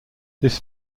this